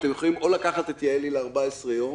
אתם יכולים או לקחת את יעלי ל-14 ימים,